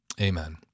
amen